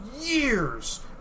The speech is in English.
years